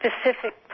specific